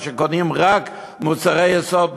רק מוצרי יסוד,